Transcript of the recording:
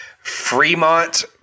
Fremont